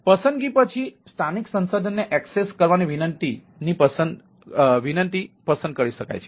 પસંદગી પછી સ્થાનિક સંસાધનને એક્સેસ કરવાની વિનંતી પસંદ કરી શકાય છે